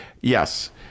yes